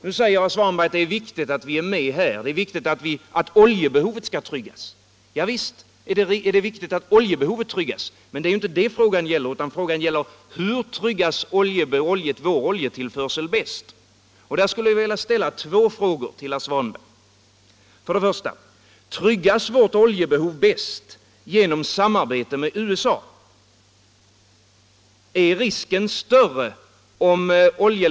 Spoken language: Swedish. Nu säger herr Svanberg att det är viktigt att vi är med, det är viktigt att oljebehovet tryggas. Visst är det viktigt att oljebehovet tryggas, men det är inte det frågan gäller utan: Hur tryggas vår oljetillförsel bäst? Jag skulle vilja fråga herr Svanberg två saker. För det första: Tryggas vårt oljebehov bäst genom samarbete med USA?